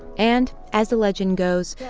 and as the legend goes,